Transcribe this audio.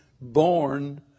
born